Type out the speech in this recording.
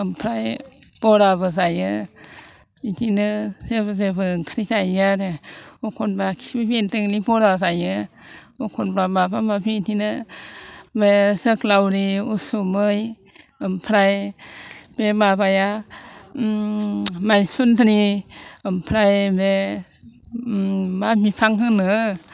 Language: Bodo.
आमफ्राय बराबो जायो बेदिनो जेबो जेबो ओंख्रि जायो आरो एखमब्ला खिफि बेंदोंनि बरा जायो एखमब्ला माबा माबि बेदिनो बे जोग्लावरि उसुमै ओमफ्राय बे माबाया उम मायसुन्द्रि ओमफ्राय बे उम मा बिफां होनो